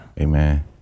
Amen